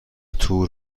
تور